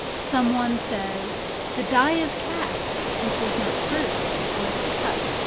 some one says the die is cast, which is not true, for it is cut.